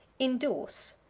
indorse.